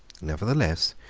nevertheless,